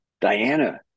Diana